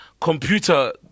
Computer